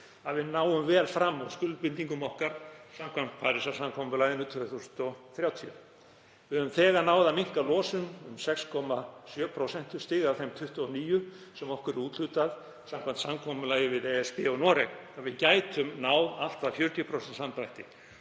að við náum vel fram úr skuldbindingum okkar samkvæmt Parísarsamkomulaginu 2030. Við höfum þegar náð að minnka losun um 6,7 prósentustig af þeim 29 sem okkur er úthlutað samkvæmt samkomulagi við ESB og Noreg en við gætum náð allt að 40% samdrætti.